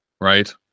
right